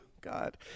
God